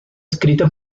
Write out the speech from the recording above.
escrita